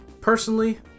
Personally